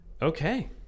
Okay